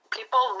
People